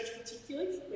particularly